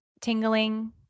tingling